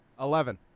Eleven